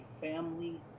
family